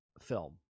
film